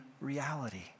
reality